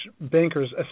Bankers